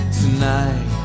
tonight